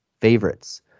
favorites